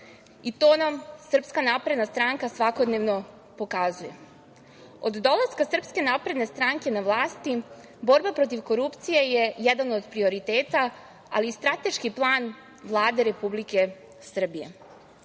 i to nam Srpska napredna stranka svakodnevno pokazuje. Od dolaska Srpske napredne stranke na vlast borba protiv korupcije je jedan od prioriteta, ali i strateški plan Vlade Republike Srbije.